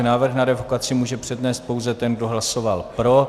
Návrh na revokaci může přednést pouze ten, kdo hlasoval pro.